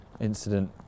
incident